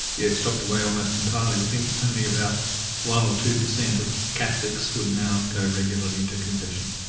yes. dropped away almost entirely. we think only about one or two per cent of catholics would now go regularly to confession.